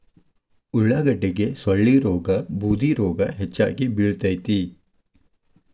ಉಳಾಗಡ್ಡಿಗೆ ಸೊಳ್ಳಿರೋಗಾ ಬೂದಿರೋಗಾ ಹೆಚ್ಚಾಗಿ ಬಿಳತೈತಿ